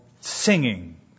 singing